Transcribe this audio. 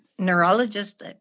neurologist